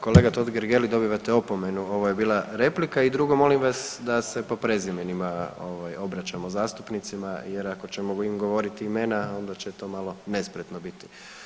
Kolega Totgergeli dobivate opomenu, ovo je bila replika i drugo molim vas da se po prezimenima ovaj obraćamo zastupnicima jer ako ćemo im govoriti imena onda će to malo nespretno biti.